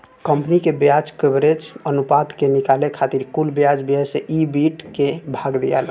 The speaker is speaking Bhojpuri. कंपनी के ब्याज कवरेज अनुपात के निकाले खातिर कुल ब्याज व्यय से ईबिट के भाग दियाला